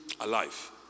alive